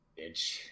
bitch